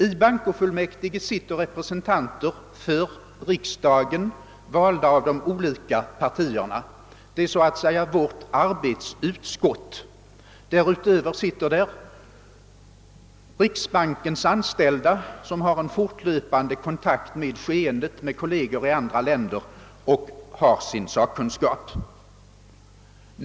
I bankofullmäktige sitter representanter för riksdagen, valda av de olika partierna; det är så att säga vårt arbetsutskott. Därutöver sitter där riksbankens anställda, som har en fortlöpande kontakt med skeendet och med kolleger i andra länder. De har också sin sakkunskap.